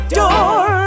door